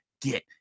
get